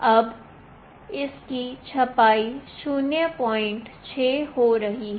अब इसकी छपाई 06 हो रही है